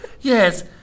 Yes